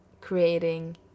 creating